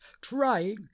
trying